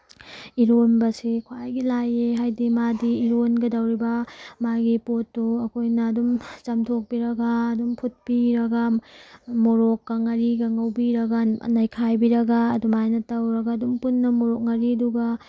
ꯏꯔꯣꯟꯕꯁꯦ ꯈ꯭ꯋꯥꯏꯒꯤ ꯂꯥꯏꯌꯦ ꯍꯥꯏꯗꯤ ꯃꯥꯗꯤ ꯏꯔꯣꯟꯒꯗꯧꯔꯤꯕ ꯃꯥꯒꯤ ꯄꯣꯠꯇꯣ ꯑꯩꯈꯣꯏꯅ ꯑꯗꯨꯝ ꯆꯥꯝꯊꯣꯛꯄꯤꯔꯒ ꯑꯗꯨꯝ ꯐꯨꯠꯄꯤꯔꯒ ꯃꯣꯔꯣꯛꯀ ꯉꯥꯔꯤꯒ ꯉꯧꯕꯤꯔꯒ ꯅꯩꯈꯥꯏꯕꯤꯔꯒ ꯑꯗꯨꯃꯥꯏꯅ ꯇꯧꯔꯒ ꯑꯗꯨꯝ ꯄꯨꯟꯅ ꯃꯣꯔꯣꯛ ꯉꯥꯔꯤ ꯑꯗꯨꯒ